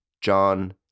John